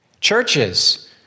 Churches